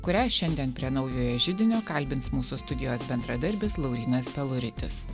kurią šiandien prie naujojo židinio kalbins mūsų studijos bendradarbis laurynas peluritis